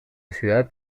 ciudad